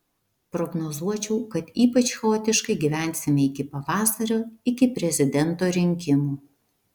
prognozuočiau kad ypač chaotiškai gyvensime iki pavasario iki prezidento rinkimų